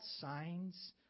signs